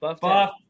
Buff